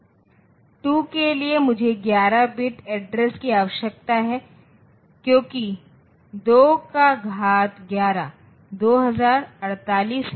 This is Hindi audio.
2 k के लिए मुझे 11 बिट एड्रेस की आवश्यकता है क्योंकि 211 2048 है